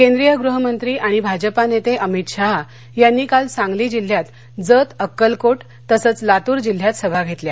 केंद्रीय गृहमंत्री आणि भाजपा नक्तीअमित शहा यांनी काल सांगली जिल्ह्यात जत अक्कलकोट तसंच लातूर जिल्ह्यात सभा घतिल्या